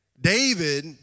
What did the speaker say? David